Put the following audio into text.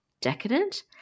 decadent